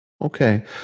Okay